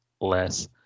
less